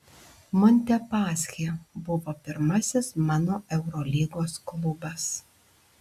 montepaschi buvo pirmasis mano eurolygos klubas